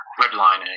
redlining